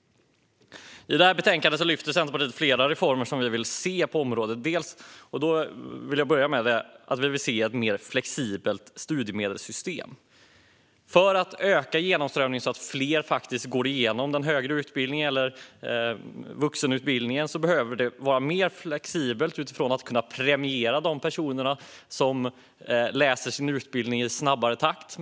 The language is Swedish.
I betänkandet lyfter Centerpartiet flera reformer vi vill se på området. Jag vill börja med att säga att vi vill se ett mer flexibelt studiemedelssystem. För att öka genomströmningen så att fler går igenom den högre utbildningen eller vuxenutbildningen behöver systemet vara mer flexibelt. Man behöver kunna premiera de personer som läser sin utbildning i snabbare takt.